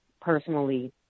personally